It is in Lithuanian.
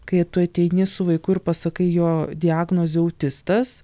kai tu ateini su vaiku ir pasakai jo diagnozę autistas